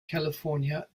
california